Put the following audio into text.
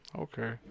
Okay